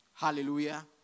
Hallelujah